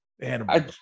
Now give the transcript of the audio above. Animals